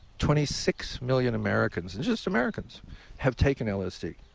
twenty six million americans and just americans have taken lsd.